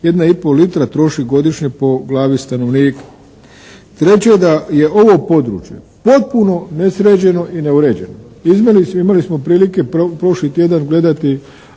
pol litra troši godišnje po glavi stanovnika. Treće, da je ovo područje potpuno nesređeno i neuređeno. Imali smo prilike prošli tjedan gledati